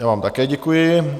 Já vám také děkuji.